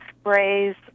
sprays